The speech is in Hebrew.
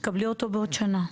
את תקבלי אותו בעוד שנה,